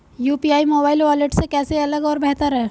UPI mobile wallet से कैसे अलग और बेहतर है?